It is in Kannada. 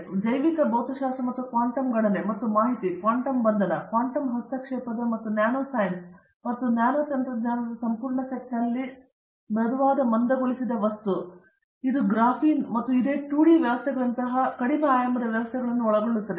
ಮತ್ತು ನಾವು ಜೈವಿಕ ಭೌತಶಾಸ್ತ್ರ ಮತ್ತು ಕ್ವಾಂಟಮ್ ಗಣನೆ ಮತ್ತು ಮಾಹಿತಿ ಕ್ವಾಂಟಮ್ ಬಂಧನ ಕ್ವಾಂಟಮ್ ಹಸ್ತಕ್ಷೇಪದ ಮತ್ತು ನ್ಯಾನೊಸೈನ್ಸ್ ಮತ್ತು ನ್ಯಾನೊತಂತ್ರಜ್ಞಾನದ ಸಂಪೂರ್ಣ ಸೆಟ್ನಲ್ಲಿ ಮೃದುವಾದ ಮಂದಗೊಳಿಸಿದ ವಸ್ತು ಮತ್ತು ಇದು ಗ್ರ್ಯಾಫೀನ್ ಮತ್ತು ಇದೇ 2D ವ್ಯವಸ್ಥೆಗಳಂತಹ ಕಡಿಮೆ ಆಯಾಮದ ವ್ಯವಸ್ಥೆಗಳನ್ನು ಒಳಗೊಳ್ಳುತ್ತದೆ